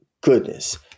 goodness